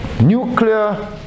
nuclear